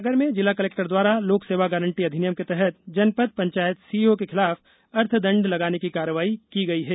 सागर जिला कलेक्टर द्वारा लोक सेवा गारंटी अधिनियम के तहत जनपद पंचायत सीईओ के खिलाफ अर्थदण्ड लगाने की कार्रवाई की है